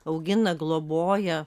augina globoja